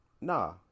Nah